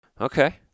Okay